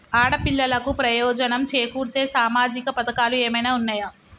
ఆడపిల్లలకు ప్రయోజనం చేకూర్చే సామాజిక పథకాలు ఏమైనా ఉన్నయా?